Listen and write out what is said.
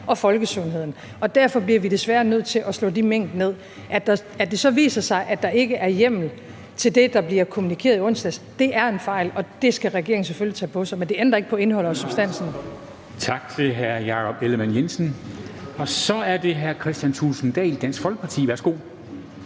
og folkesundheden, og derfor bliver vi desværre nødt til at slå de mink ned. At det så viser sig, at der ikke er hjemmel til det, der bliver kommunikeret i onsdags, er en fejl, og det skal regeringen selvfølgelig tage på sig, men det ændrer ikke på indholdet og substansen. Kl. 13:38 Formanden (Henrik Dam Kristensen): Tak til hr. Jakob Ellemann-Jensen. Så er det hr. Kristian Thulesen Dahl, Dansk Folkeparti. Værsgo.